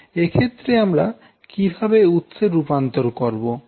এক্ষেত্রে আমরা কিভাবে উৎসের রূপান্তর করবো